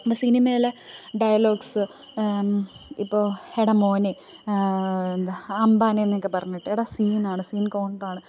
അപ്പോള് സിനിമയിലെ ഡയലോഗ്സ് ഇപ്പോള് എടാ മോനെ എന്താ അംബാനെ എന്നൊക്കെ പറഞ്ഞിട്ട് എടാ സീനാണ് സീന് കോണ്ഡ്രയാണ്